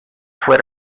fue